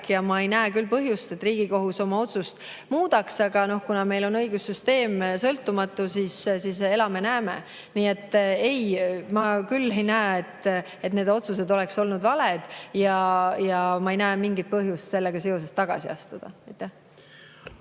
Ma ei näe küll põhjust, et Riigikohus oma otsust muudaks, aga kuna meil on sõltumatu õigussüsteem, siis elame, näeme. Nii et ei, ma küll ei näe, et need otsused oleksid olnud valed, ja ma ei näe mingit põhjust sellega seoses tagasi astuda.